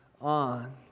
on